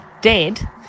dead